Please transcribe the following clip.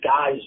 guy's